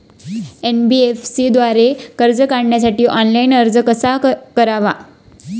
NBFC द्वारे कर्ज काढण्यासाठी ऑनलाइन अर्ज कसा करावा?